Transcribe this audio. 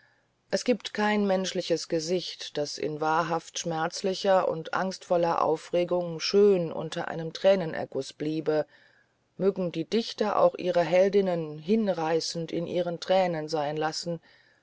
es gibt kein menschlisches gesicht das in wahrhaft schmerzlicher und angstvoller aufregung schön unter einem thränenerguß bliebe mögen die dichter auch ihre heldinnen hinreißend in ihren thränen sein lassen